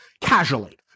casually